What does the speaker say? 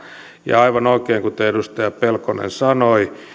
ja aivan oikein kuten edustaja pelkonen sanoi